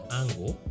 angle